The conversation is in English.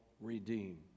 redeem